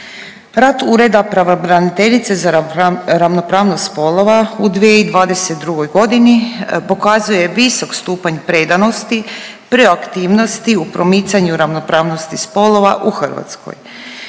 Rad ureda pravobraniteljice za ravnopravnost spolova u 2022.g. pokazuje visok stupanj predanosti i proaktivnosti u promicanju ravnopravnosti spolova u Hrvatskoj.